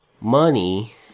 money